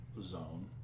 zone